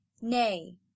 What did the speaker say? Nay